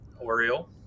Oriole